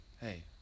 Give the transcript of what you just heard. hey